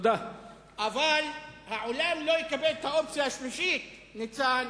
אבל העולם לא יקבל את האופציה השלישית, ניצן,